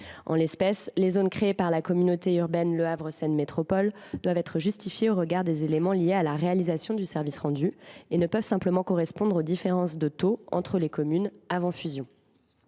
En l’occurrence, les zones créées par la communauté urbaine Le Havre Seine Métropole doivent être justifiées au regard des éléments liés à la réalisation du service rendu et ne peuvent simplement correspondre aux différences de taux entre les communes avant fusion.